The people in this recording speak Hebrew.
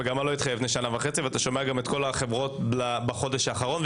המגמה לא התחילה לפני שנה וחצי ואתה שומע גם את כל החברות בחודש האחרון,